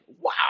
wow